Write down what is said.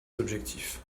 objectifs